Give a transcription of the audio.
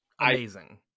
amazing